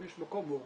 יש מקום מאורגן,